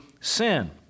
sin